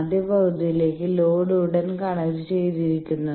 ആദ്യ പകുതിയിലേക്ക് ലോഡ് ഉടൻ കണക്റ്റ് ചെയ്തിരിക്കുന്നു